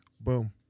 boom